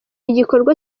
igikorwa